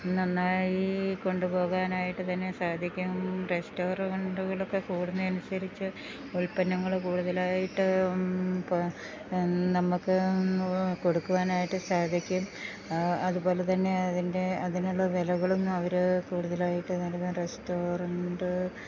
നന്നായി കൊണ്ടുപോകാനായിട്ടു തന്നെ സാധിക്കും റെസ്റ്റോറന്റുകളൊക്കെ കൂടുന്നതിനനുസരിച്ച് ഉൽപ്പന്നങ്ങള് കൂടുതലായിട്ട് നമ്മള്ക്ക് കൊടുക്കുവാനായിട്ട് സാധിക്കും അതുപോലെ തന്നെ അതിൻ്റെ അതിനുള്ള വിലകളും കൂടുതലായിട്ടു നൽകും റെസ്റ്റോറന്റ്